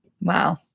Wow